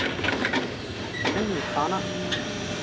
نہیں نہیں کھانا